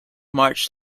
marched